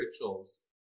rituals